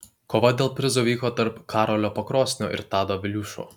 kova dėl prizo vyko tarp karolio pakrosnio ir tado viliūšio